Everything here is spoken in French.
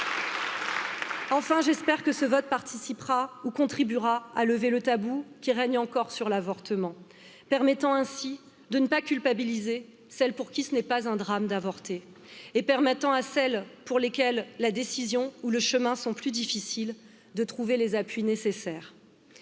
Enfin, j'espère que ce vote participera ou contribuera à lever le tabou qui règne encore sur l'avortement, permettant ainsi de ne pas culpabiliser celles pour qui ce n'est pas un drame d'avorter et permettant à celles pour lesquelles la décision ou le chemin sont plus difficiles de trouver les appuis nécessaires.